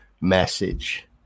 message